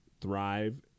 thrive